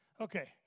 Okay